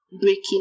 breaking